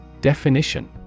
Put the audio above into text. Definition